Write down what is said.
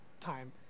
time